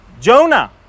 Jonah